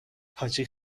حاجی